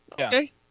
Okay